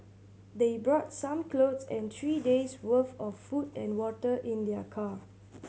they brought some clothes and three days worth of food and water in their car